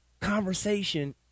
conversation